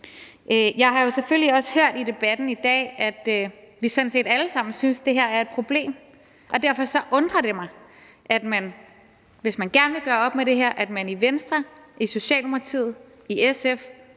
Jeg har jo selvfølgelig også hørt i debatten i dag, at vi sådan set alle sammen synes, at det her er et problem, og derfor undrer det mig, at man, hvis man gerne vil gøre op med det her, i Venstre, i Socialdemokratiet, i SF